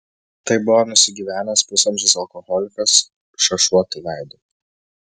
tai buvo nusigyvenęs pusamžis alkoholikas šašuotu veidu